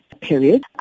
period